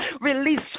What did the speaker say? Release